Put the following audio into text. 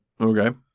Okay